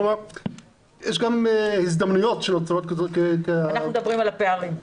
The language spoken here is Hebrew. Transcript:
כלומר יש גם הזדמנויות --- אנחנו מדברים על הפערים.